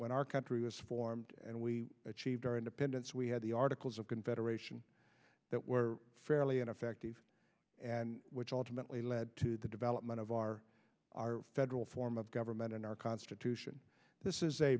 when our country was formed and we achieved our independence we had the articles of confederation that were fairly ineffective and which ultimately led to the development of our federal form of government in our constitution this is a